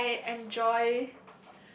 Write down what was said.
I enjoy